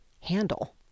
handle